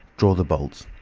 draw the bolts.